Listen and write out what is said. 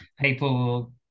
people